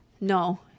no